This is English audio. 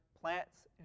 plants